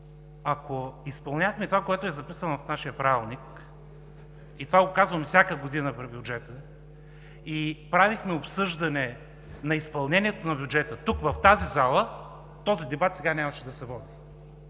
Ако изпълнявахме това, което е записано в нашия Правилник, и това го казваме всяка година при бюджета, и правихме обсъждане на изпълнението на бюджета тук, в тази зала, този дебат сега нямаше да се води.